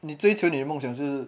你追求你的梦想是